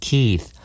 Keith